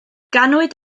ganwyd